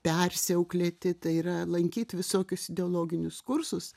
persiauklėti tai yra lankyt visokius ideologinius kursus